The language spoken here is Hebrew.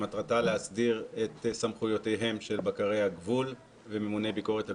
שמטרתה להסדיר את סמכויותיהם של בקרי הגבול וממוני ביקורת הגבולות.